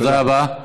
תודה רבה.